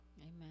Amen